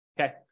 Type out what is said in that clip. okay